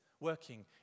working